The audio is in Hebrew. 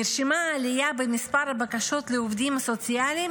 נרשמה עלייה במספר הבקשות לעובדים סוציאליים